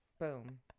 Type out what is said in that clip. Boom